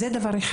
זה דבר אחד.